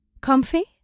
Comfy